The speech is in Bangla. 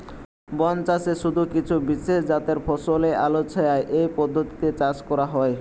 বনচাষে শুধু কিছু বিশেষজাতের ফসলই আলোছায়া এই পদ্ধতিতে চাষ করা হয়